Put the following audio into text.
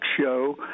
show